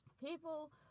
People